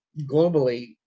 globally